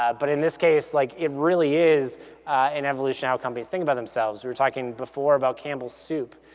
but in this case, like it really is an evolution outcome base thing about themselves. we were talking before about campbell's soup,